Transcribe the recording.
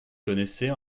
connaissez